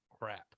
crap